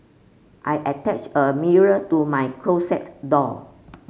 I attached a mirror to my closet door